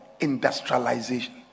industrialization